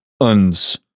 Un's